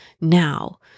now